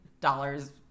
dollars